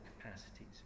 capacities